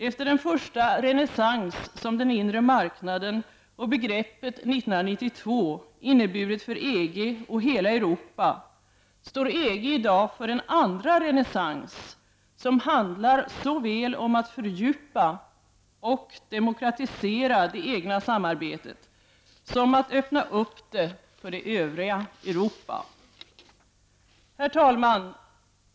Efter den första renässans som den inre marknaden och begreppet 1992 inneburit för EG och hela Europa står EG i dag inför en andra renässans, som handlar såväl om att fördjupa och demokratisera det egna samarbetet som att öppna det för det övriga Herr talman!